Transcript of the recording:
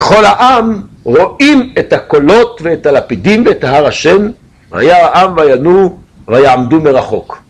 כל העם רואים את הקולות ואת הלפידים ואת ההר עשן, וירא העם וינועו, ויעמדו מרחוק.